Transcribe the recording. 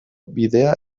bidea